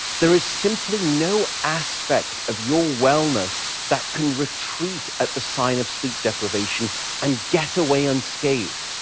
there is simply no aspect of your wellness that can retreat at the sign of sleep deprivation and get away unscathed.